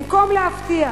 במקום להבטיח